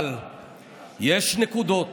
אבל יש נקודות